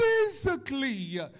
physically